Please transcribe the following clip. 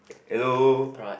hello